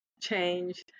change